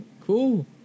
Cool